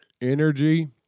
energy